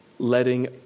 Letting